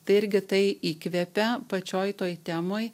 tai irgi tai įkvepia pačioj toj temoj